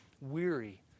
weary